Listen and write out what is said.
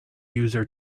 user